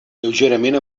lleugerament